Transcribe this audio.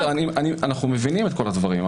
אנחנו מבינים את כל הדברים.